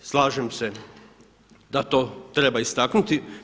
Slažem se da to treba istaknuti.